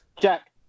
Jack